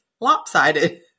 lopsided